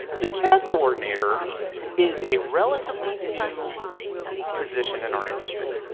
the cad coordinator is a relatively new position in our industry.